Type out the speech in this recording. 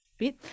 bit